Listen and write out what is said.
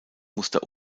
muster